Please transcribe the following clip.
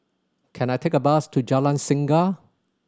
can I take a bus to Jalan Singa